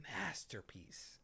masterpiece